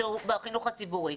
בחינוך הציבורי.